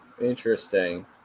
Interesting